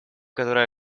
которые